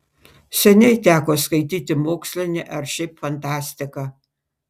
seniai teko skaityti mokslinę ar šiaip fantastiką